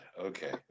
Okay